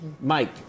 Mike